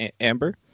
Amber